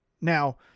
Now